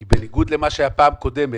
כי בניגוד לפעם הקודמת,